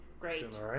Great